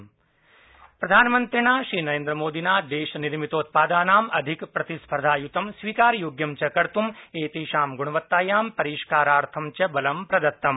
PM PLI प्रधानमन्त्रिणा श्रीनरेन्द्रमोदिना देशनिर्मितोत्पादनाम अधिकप्रतिस्पर्धायतं स्वीकारयोग्यं च कर्तम एतेषां गृणवत्तायां परिष्काराथं बलं प्रदत्तम्